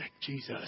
Jesus